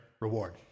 reward